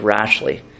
rashly